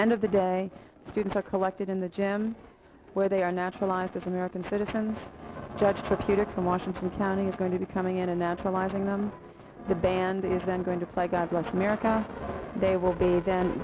end of the day students are collected in the gym where they are naturalized as american citizens judge for peter from washington county is going to be coming in and naturalizing them the band is then going to play god bless america they will be then